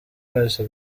wese